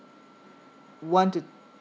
want to